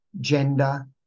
gender